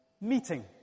meeting